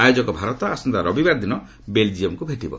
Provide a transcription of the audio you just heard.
ଆୟୋଜକ ଭାରତ ଆସନ୍ତା ରବିବାର ଦିନ ବେଲ୍ଜିୟମ୍କୁ ଭେଟିବ